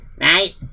Right